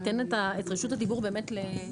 אתן את רשות הדיבור לצחי,